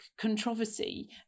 Controversy